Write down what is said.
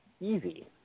easy